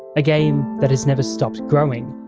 a game that has never stopped growing.